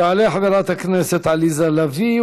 תעלה חברת הכנסת עליזה לביא,